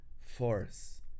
force